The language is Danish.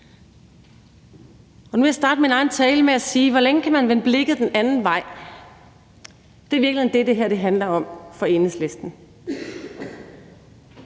Nu vil jeg starte min egen tale med at sige: Hvor længe kan man vende blikket den anden vej? Det er i virkeligheden det, det her handler om for Enhedslisten.